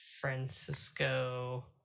Francisco